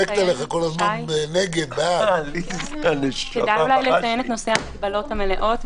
שי, כדאי אולי לציין את הנושא של ההגבלות המלאות,